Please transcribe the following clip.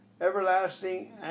everlasting